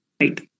Right